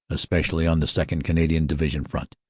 especially on the second. cana dian division front,